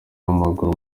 w’amaguru